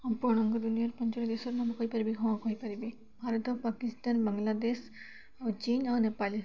ଆପଣଙ୍କ ଦୁନିଆର ପାଞ୍ଚୋଟି ଦେଶର ନାମ କହିପାରିବି ହଁ କହିପାରିବି ଭାରତ ପାକିସ୍ତାନ ବାଂଲାଦେଶ ଆଉ ଚୀନ ଆଉ ନେପାଲ